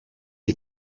les